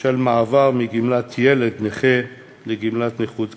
של מעבר מגמלת ילד נכה לגמלת נכות כללית,